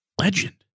Legend